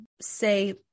say